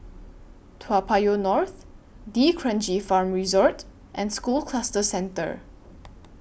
Toa Payoh North D'Kranji Farm Resort and School Cluster Centre